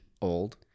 old